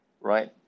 right